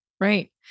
right